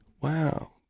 Wow